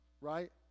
right